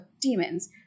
demons